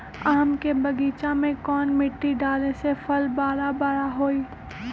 आम के बगीचा में कौन मिट्टी डाले से फल बारा बारा होई?